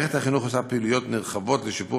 ומערכת החינוך עושה פעילויות נרחבות לשיפור